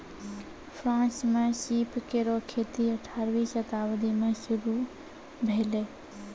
France म सीप केरो खेती अठारहवीं शताब्दी में शुरू भेलै